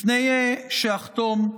לפני שאחתום,